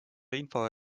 info